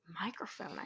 microphone